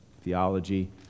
theology